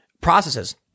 processes